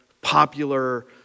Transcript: popular